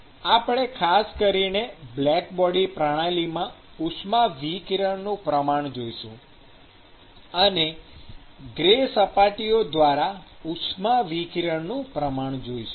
આપણે ખાસ કરીને પૂર્ણ કાળો પદાર્થ પ્રણાલી માં ઉષ્માવિકિરણ નું પ્રમાણ જોઈશું અને ગ્રે સપાટીઓ દ્વારા ઉષ્માવિકિરણ નું પ્રમાણ જોઈશું